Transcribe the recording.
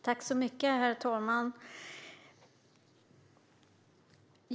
Herr talman!